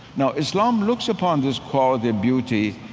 now, islam looks upon this call the beauty,